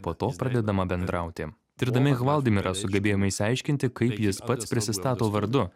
po to pradedama bendrauti tirdami hvaldimirą sugebėjome išsiaiškinti kaip jis pats prisistato vardu